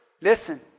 Listen